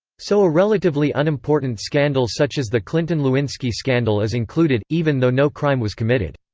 so a relatively unimportant scandal such as the clinton-lewinsky scandal is included, even though no crime was committed.